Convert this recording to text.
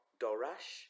dorash